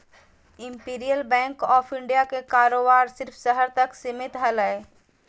imperial bank of India के कारोबार सिर्फ़ शहर तक सीमित हलय